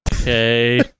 okay